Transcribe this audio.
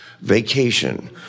vacation